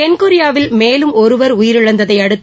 தென்கொரியாவில் மேலும் ஒருவர் உயிரிழந்ததை அடுத்து